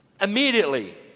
immediately